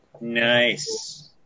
Nice